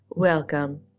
Welcome